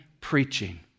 preaching